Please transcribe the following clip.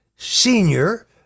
senior